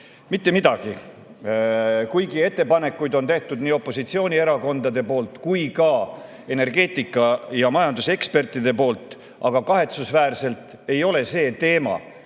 Mitte midagi! Ettepanekuid on teinud nii opositsioonierakonnad kui ka energeetika‑ ja majanduseksperdid, aga kahetsusväärselt ei ole see teema